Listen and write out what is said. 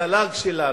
התל"ג שלנו,